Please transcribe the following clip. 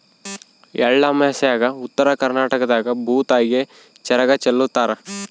ಎಳ್ಳಮಾಸ್ಯಾಗ ಉತ್ತರ ಕರ್ನಾಟಕದಾಗ ಭೂತಾಯಿಗೆ ಚರಗ ಚೆಲ್ಲುತಾರ